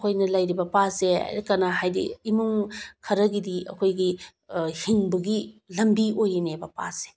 ꯑꯩꯈꯣꯏꯅ ꯂꯩꯔꯤꯕ ꯄꯥꯠꯁꯦ ꯀꯅꯥ ꯍꯥꯏꯗꯤ ꯏꯃꯨꯡ ꯈꯔꯒꯤꯗꯤ ꯑꯩꯈꯣꯏꯒꯤ ꯍꯤꯡꯕꯒꯤ ꯂꯝꯕꯤ ꯑꯣꯏꯔꯤꯅꯦꯕ ꯄꯥꯠꯁꯦ